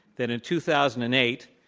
that in two thousand and eight,